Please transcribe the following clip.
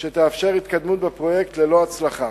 שתאפשר התקדמות בפרויקט, ללא הצלחה.